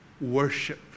worship